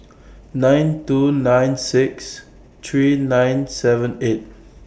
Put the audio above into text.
nine two nine six three nine seven eight